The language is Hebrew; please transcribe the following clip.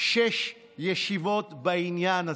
שש ישיבות בעניין הזה.